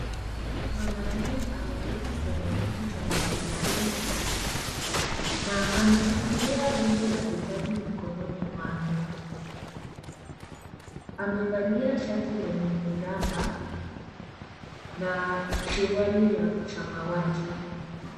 Mwanaume ameketi kwenye kiti cha magurudumu na ameshikilia rundo la vitabu mikononi mwake. Amevalia shati lenye miraba na suruali ya samawati.